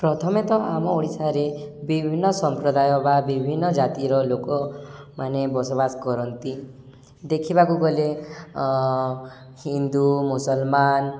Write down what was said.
ପ୍ରଥମେତଃ ଆମ ଓଡ଼ିଶାରେ ବିଭିନ୍ନ ସମ୍ପ୍ରଦାୟ ବା ବିଭିନ୍ନ ଜାତିର ଲୋକମାନେ ବସବାସ କରନ୍ତି ଦେଖିବାକୁ ଗଲେ ହିନ୍ଦୁ ମୁସଲମାନ